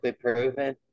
proven